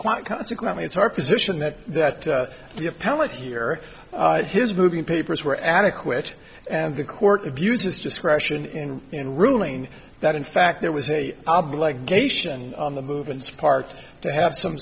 quite consequently it's our position that the appellate here his moving papers were adequate and the court abused his discretion in in ruling that in fact there was a obligation on the movements part to have some